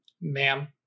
Ma'am